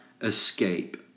escape